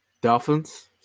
Dolphins